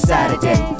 Saturday